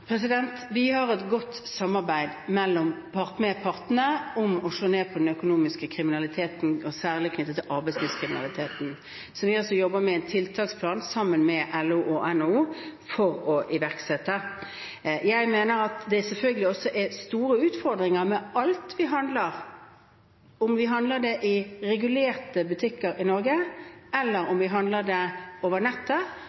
Vi har et godt samarbeid med partene om å slå ned på den økonomiske kriminaliteten, særlig knyttet til arbeidslivskriminaliteten. Vi jobber sammen med LO og NHO for å iverksette en tiltaksplan. Jeg mener at det selvfølgelig også er store utfordringer med alt vi handler. Om vi handler i regulerte butikker i Norge, eller